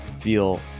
feel